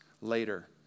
later